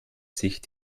sich